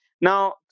Now